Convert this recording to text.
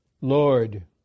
Lord